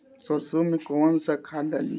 सरसो में कवन सा खाद डाली?